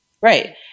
right